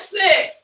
six